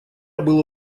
было